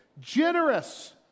generous